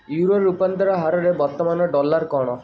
euro ରୂପାନ୍ତର ହାରରେ ବର୍ତ୍ତମାନର ଡଲାର୍ କ'ଣ